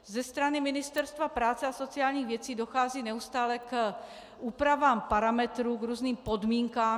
Ze strany Ministerstva práce a sociálních věcí dochází neustále k úpravám parametrů, k různým podmínkám.